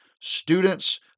students